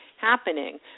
happening